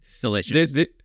delicious